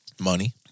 Money